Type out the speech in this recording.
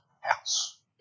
house